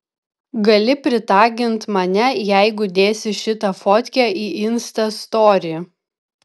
gali pritagint mane jeigu dėsi šitą fotkę į insta story